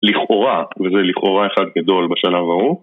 לכאורה, וזה לכאורה אחד גדול בשלב ההוא